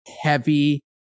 heavy